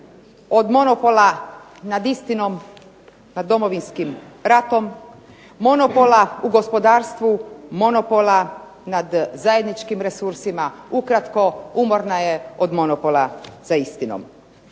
od monopola nad istinom, nad Domovinskim ratom, monopola u gospodarstvu, monopola nad zajedničkim resursima. Ukratko, umorna je od monopola za istinom.